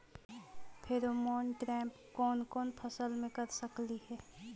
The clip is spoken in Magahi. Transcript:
फेरोमोन ट्रैप कोन कोन फसल मे कर सकली हे?